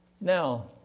Now